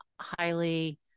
highly